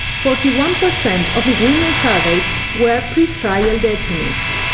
forty one percent of the women surveyed were pre-trial detainees.